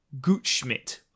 Gutschmidt